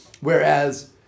whereas